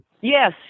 yes